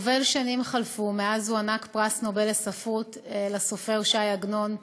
יובל חלף מאז הוענק פרס נובל לספרות לסופר ש"י עגנון.